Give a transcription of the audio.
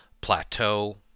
plateau